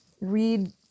read